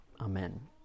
Amen